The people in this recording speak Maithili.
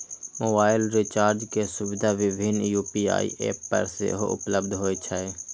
मोबाइल रिचार्ज के सुविधा विभिन्न यू.पी.आई एप पर सेहो उपलब्ध होइ छै